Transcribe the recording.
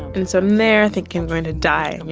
and so i'm there, thinking i'm going to die. and you